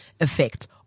effect